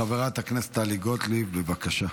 חברת הכנסת טלי גוטליב, בבקשה.